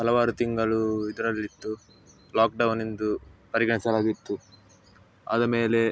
ಹಲವಾರು ತಿಂಗಳು ಇದರಲ್ಲಿತ್ತು ಲಾಕ್ಡೌನೆಂದು ಪರಿಗಣಿಸಲಾಗಿತ್ತು ಆದಮೇಲೆ